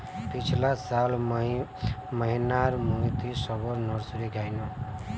पिछला साल मई महीनातमुई सबोर नर्सरी गायेनू